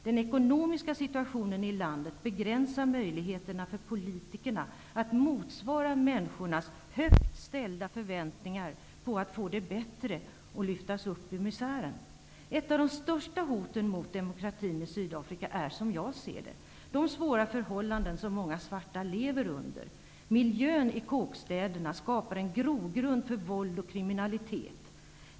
Den ekonomiska situationen i landet begränsar möjligheterna för politikerna att motsvara människornas högt ställda förväntningar på att få det bättre och lyftas upp ur misären. Ett av de största hoten mot demokratin i Sydafrika är, som jag ser det, de svåra förhållanden som många svarta lever under. Miljön i kåkstäderna skapar en grogrund för våld och kriminalitet.